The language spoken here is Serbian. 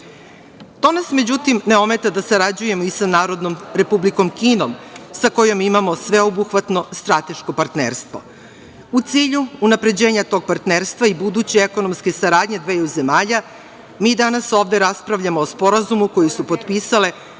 To nas međutim ne ometa da sarađujemo i sa Narodnom Republikom Kinom sa kojom imamo sveobuhvatno strateško partnerstvo. U cilju unapređenja tog partnerstva i buduće ekonomske saradnje dveju zemalja, mi danas ovde raspravljamo o sporazumu koji su potpisale